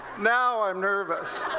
now i am nervous.